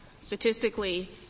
statistically